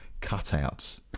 cutouts